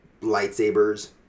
lightsabers